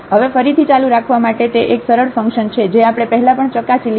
હવે ફરીથી ચાલુ રાખવા માટે તે એક સરળ ફંકશન છે જે આપણે પહેલા પણ ચકાસી લીધું છે